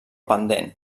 pendent